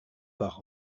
par